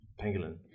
pangolin